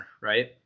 right